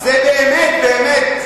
זה באמת באמת,